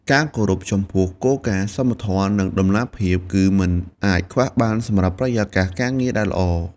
ការគោរពចំពោះគោលការណ៍សមធម៌ និងតម្លាភាពគឺមិនអាចខ្វះបានសម្រាប់បរិយាកាសការងារដែលល្អ។